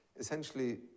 Essentially